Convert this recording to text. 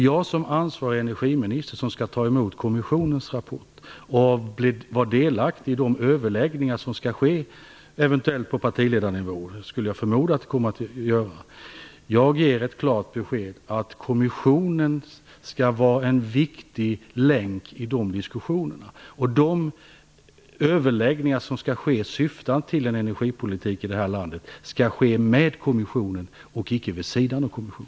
Jag som ansvarig energiminister, och som skall ta emot kommissionens rapport och vara delaktig i de överläggningar som skall ske - eventuellt på partiledarnivå, jag förmodar att det blir fallet - ger ett klart besked att kommissionen skall vara en viktig länk i de diskussionerna. De överläggningar som skall ske syftande till en energipolitik i Sverige skall ske med kommissionen och icke vid sidan av kommissionen.